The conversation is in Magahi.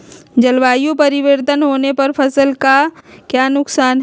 जलवायु परिवर्तन होने पर फसल का क्या नुकसान है?